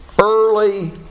early